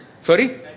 Sorry